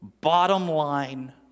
bottom-line